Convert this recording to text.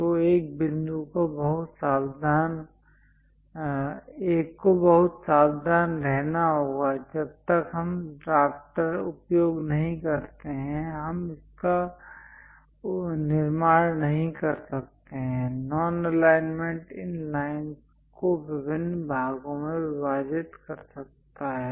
तो एक को बहुत सावधान रहना होगा जब तक हम ड्राफ्टर उपयोग नहीं करते हम इसका निर्माण नहीं कर सकते नॉन एलाइनमेंट इन लाइनस् को विभिन्न भागों में विभाजित कर सकता है